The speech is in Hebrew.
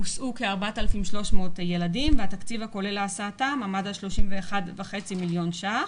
הוסעו כ-4,300 ילדים והתקציב הכולל להסעתם עמד על 31.5 מיליון ₪.